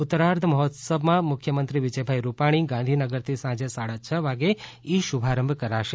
ઉત્તરાર્ધ મહોત્સવમાં મુખ્યમંત્રી વિજયભાઈ રૂપાણી ગાંધીનગરથી સાંજે સાડા છ વાગે ઈ શુભારંભ કરાવશે